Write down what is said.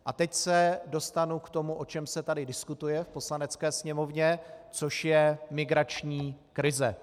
A teď se dostanu k tomu, o čem se tady diskutuje v Poslanecké sněmovně, což je migrační krize.